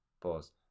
Pause